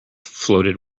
floated